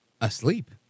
asleep